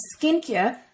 skincare